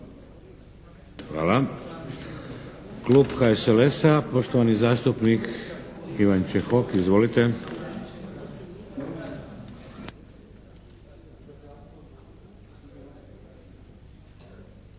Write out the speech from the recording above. Hvala. Klub HSLS-a, poštovani zastupnik Ivan Čehok. Izvolite.